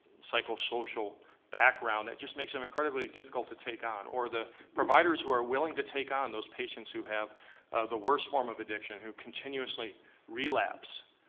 psycho-social background that just makes them incredibly difficult to take on, or the providers who are willing to take on those patients who have the worst form of addiction, who continuously relapse.